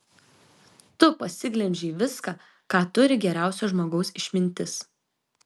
tu pasiglemžei viską ką turi geriausio žmogaus išmintis